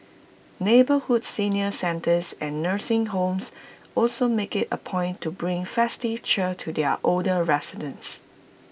neighbourhood senior centres and nursing homes also make IT A point to bring festive cheer to their older residents